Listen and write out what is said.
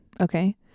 Okay